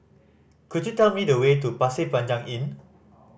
could you tell me the way to Pasir Panjang Inn